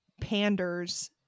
panders